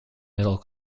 middle